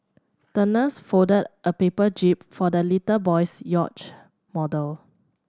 the nurse folded a paper jib for the little boy's yacht model